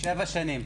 שבע שנים.